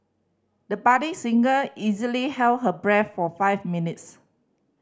the budding singer easily held her breath for five minutes